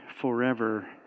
forever